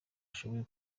ushobora